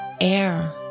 air